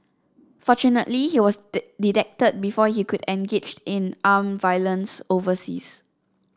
fortunately he was detected before he could engage in armed violence overseas